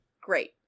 Great